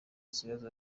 ikibazo